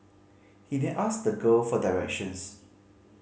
he then asked the girl for directions